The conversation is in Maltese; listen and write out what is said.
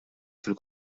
fil